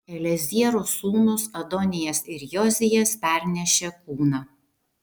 eliezero sūnūs adonijas ir jozijas pernešė kūną